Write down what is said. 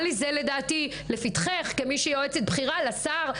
למה זה לפתחך כיועצת בכירה לשר,